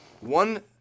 one